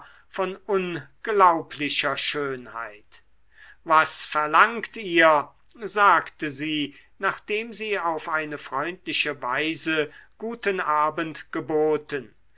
von unglaublicher schönheit was verlangt ihr sagte sie nachdem sie auf eine freundliche weise guten abend geboten